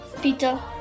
pizza